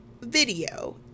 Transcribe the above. video